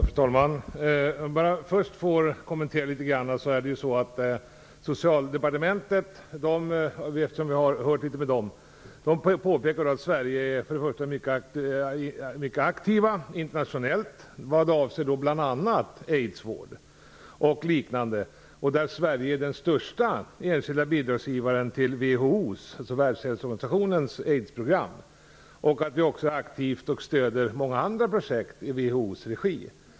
Fru talman! Jag har varit i kontakt med Socialdepartementet, och där påpekar man att Sverige är ett mycket aktivt land internationellt vad avser bl.a. aidsvård. Sverige är den största enskilda bidragsgivaren till WHO:s, Världshälsoorganisationens, aidsprogram. Vi stödjer dessutom aktivt många andra projekt i WHO:s regi.